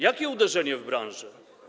Jakie uderzenie w branżę?